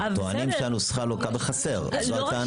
אנחנו טוענים שהנוסחה לוקה בחסר, זו הטענה.